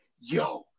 yo